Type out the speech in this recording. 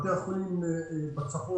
בתי החולים בצפון,